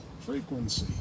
frequency